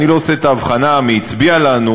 אני לא עושה את ההבחנה מי הצביע לנו,